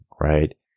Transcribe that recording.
right